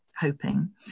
Hoping